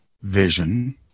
vision